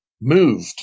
moved